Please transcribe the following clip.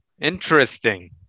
interesting